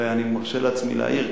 ואני מרשה לעצמי להעיר,